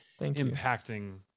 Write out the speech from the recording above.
impacting